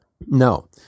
No